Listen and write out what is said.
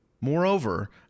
Moreover